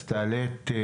סמנכ"ל כספים של